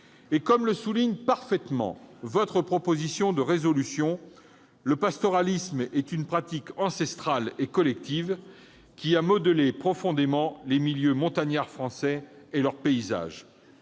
Comme le souligne parfaitement votre proposition de résolution, le pastoralisme est une pratique ancestrale et collective qui a modelé profondément les milieux montagnards français et leurs paysages.